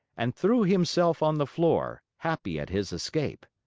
and threw himself on the floor, happy at his escape.